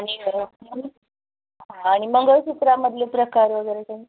आणी अं आणि मंगळसुत्रामधले प्रकार वगैरे का